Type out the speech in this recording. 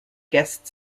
guest